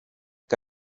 que